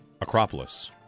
Acropolis